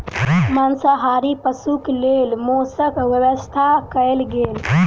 मांसाहारी पशुक लेल मौसक व्यवस्था कयल गेल